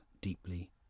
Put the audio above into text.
deeply